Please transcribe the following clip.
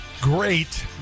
great